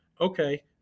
okay